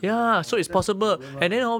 orh that's the problem lah